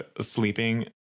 sleeping